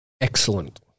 Excellent